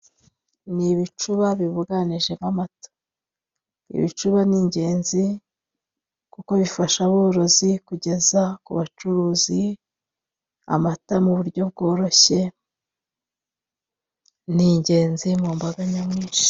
Ni ibicuba bibuganijemo amata, ibicuba ni ingenzi kuko bifasha aborozi kugeza ku bacuruzi amata mu buryo bworoshye, ni ingenzi mu mbaga nyamwinshi.